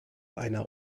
einer